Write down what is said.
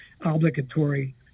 obligatory